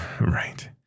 Right